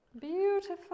beautiful